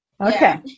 Okay